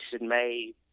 made